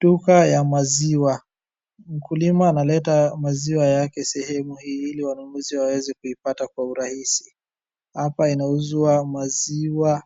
Duka ya maziwa. Mkulima analeta maziwa yake sehemu hii ili wanunuzi waweze kuipata kwa urahisi. Hapa inauzwa maziwa